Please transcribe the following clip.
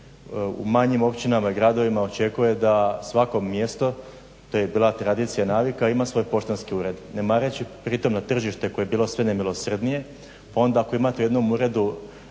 u manjim općinama, gradovima očekuje da svako mjesto to je bila tradicija i navika ima svoj poštanski ured, ne mareći pri tome na tržište koje je bilo sve nemilosrdnije. Pa onda ako imate u jednom uredu